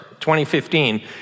2015